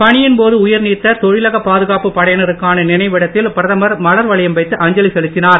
பணியின் போதே உயிர் நீத்த தொழிலக பாதுகாப்புப் படையினருக்கான நினைவிடத்தில் பிரதமர் மலர் வளையம் வைத்து அஞ்சலி செலுத்தினார்